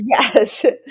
Yes